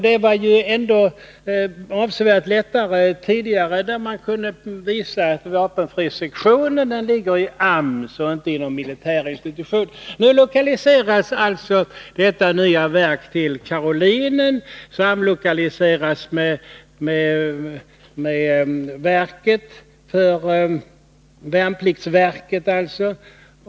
Det var avsevärt lättare tidigare, när man kunde visa att vapenfrisektionen fanns inom AMS och inte inom någon militär institution. Men nu förläggs detta nya verk till Karolinen och samlokaliseras med värnpliktsverket.